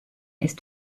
ist